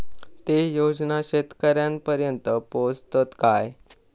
ते योजना शेतकऱ्यानपर्यंत पोचतत काय?